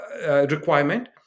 requirement